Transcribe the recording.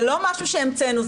זה לא משהו שהמצאנו,